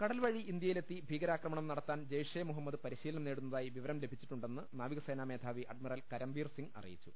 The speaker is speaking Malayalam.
കടൽവഴി ഇന്ത്യയിലെത്തി ഭീകരാക്രമണം നടത്താൻ ജെയ്ഷെ മുഹമ്മദ് പരിശീലനം നേടുന്നതായി വിവരം ലഭിച്ചിട്ടുണ്ടെന്ന് നാവി കസേനാമേധാവി അഡ്മിറൽ കരംബീർസിംഗ് അറിയിച്ചു